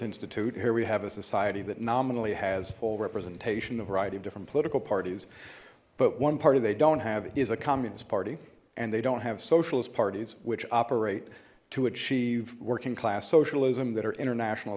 institut here we have a society that nominally has full representation a variety of different political parties but one party they don't have is a communist party and they don't have socialist parties which operate to achieve working class socialism that are international